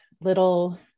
little